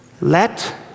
let